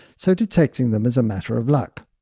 so detecting them is a matter of luck.